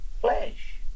flesh